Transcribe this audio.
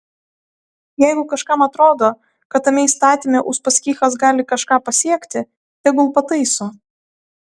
jeigu kažkam atrodo kad tame įstatyme uspaskichas gali kažką pasiekti tegul pataiso